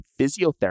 Physiotherapy